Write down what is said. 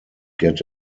get